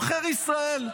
עוכר ישראל.